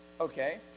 Okay